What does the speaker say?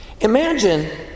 Imagine